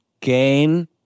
Gain